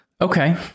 Okay